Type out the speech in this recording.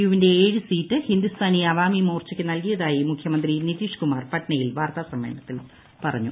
യുവിന്റെ ഏഴ് സീറ്റ് ഹിന്ദുസ്ഥാനി അവാമി മോർച്ചയ്ക്ക് നൽകിയതായി മുഖ്യമന്ത്രി നിതീഷ് കുമാർ പട്നയിൽ വാർത്താസമ്മേളനത്തിൽ പറഞ്ഞു